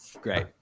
Great